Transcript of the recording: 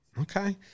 okay